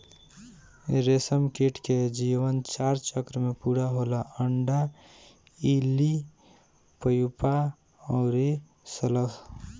रेशमकीट के जीवन चार चक्र में पूरा होला अंडा, इल्ली, प्यूपा अउरी शलभ